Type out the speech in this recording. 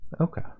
Okay